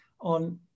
on